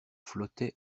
flottait